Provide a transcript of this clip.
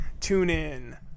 TuneIn